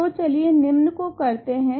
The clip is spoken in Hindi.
तो चलिये निम्न को करते है